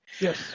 yes